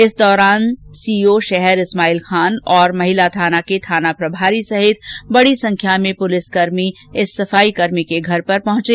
इस दौरान सीओ शहर इस्माइल खान और महिला थाना के थाना प्रभारी सहित बडी संख्या में पुलिसकर्मी इस सफाईकर्मी के घर पर पहुंचे